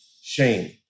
shame